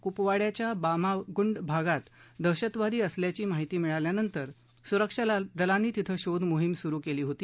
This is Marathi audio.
कुपवाङ्याच्या बागागुंड भागात दहशतवादी असल्याची माहिती मिळाल्यावर सुरक्षा दलांनी तिथं शोध मोहीम सुरु केली होती